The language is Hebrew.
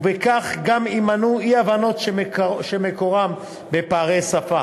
ובכך גם יימנעו אי-הבנות שמקורן בפערי שפה.